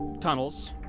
tunnels